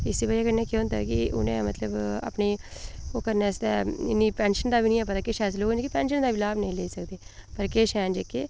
इस बजह कन्नै केह् होंदा कि में मतलब अपनी ओह् करने आस्तै इन्नी पेंशन दा बी पता निं ऐ किश लोग पेंशन दा लाह् बी निं लेई सकदे पर किश हैन जेह्के